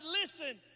listen